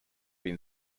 been